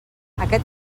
aquest